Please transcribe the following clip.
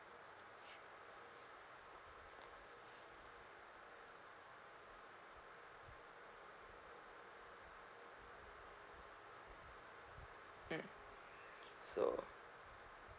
mm so